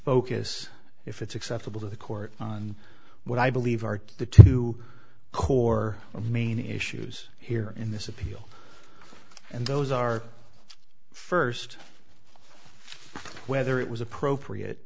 focus if it's acceptable to the court on what i believe are the two core main issues here in this appeal and those are first whether it was appropriate